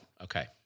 Okay